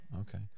okay